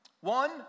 One